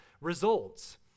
results